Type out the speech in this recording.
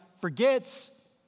forgets